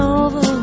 over